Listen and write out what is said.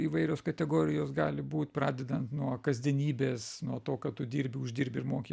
įvairios kategorijos gali būt pradedant nuo kasdienybės nuo to kad tu dirbi uždirbi ir moki